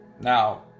Now